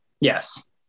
Yes